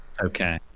okay